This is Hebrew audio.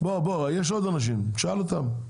בוא יש עוד אנשים, תשאל אותם.